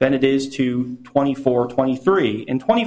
then it is to twenty four twenty three and twenty